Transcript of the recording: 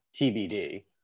TBD